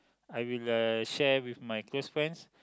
I will uh share with my close friends